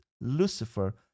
Lucifer